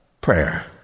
prayer